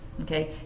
okay